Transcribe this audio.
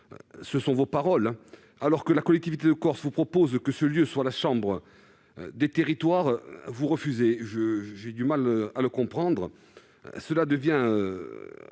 ce sont vos propres mots. Alors que la collectivité de Corse vous propose que ce lieu soit la chambre des territoires, vous refusez ! J'ai du mal à le comprendre ...